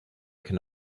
can